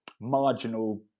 marginal